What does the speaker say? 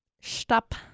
Stop